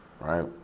right